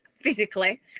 physically